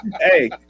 Hey